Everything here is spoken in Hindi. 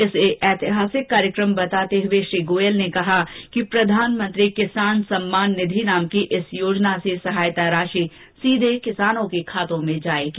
इसे ऐतिहासिक कार्यक्रम बताते हुए श्री गोयल ने कहा कि प्रधानमंत्री किसान सम्मान निधि नाम की इस योजना से सहायता राशि सीधे किसानों के खाते में जाएगी